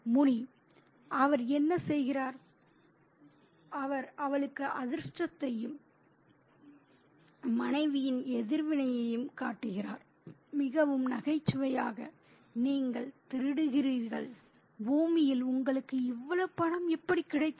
முனி அவர் என்ன செய்கிறார் அவர் அவளுக்கு அதிர்ஷ்டத்தையும் மனைவியின் எதிர்வினையையும் காட்டுகிறார் மிகவும் நகைச்சுவையாக நீங்கள் திருடுகிறீர்கள் பூமியில் உங்களுக்கு இவ்வளவு பணம் எப்படி கிடைத்தது